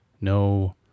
no